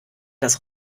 das